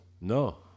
No